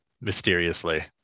Mysteriously